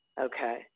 Okay